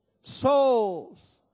souls